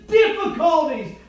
difficulties